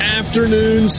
afternoon